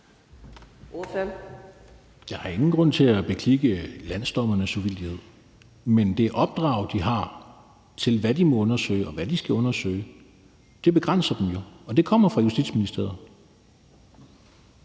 Jeg har ingen grund til at beklikke landsdommernes uvildighed, men det opdrag, de har til, hvad de må undersøge, og hvad de skal undersøge, begrænser dem jo, og det kommer fra Justitsministeriet.